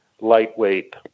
lightweight